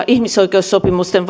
ihmisoikeussopimusten